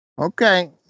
Okay